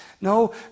no